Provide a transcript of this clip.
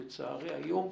בצהרי היום,